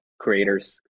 creators